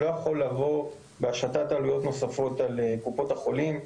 אבל זה לא יכול לבוא בהשתת עלויות נוספות על קופות החולים.